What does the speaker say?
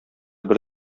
бер